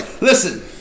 Listen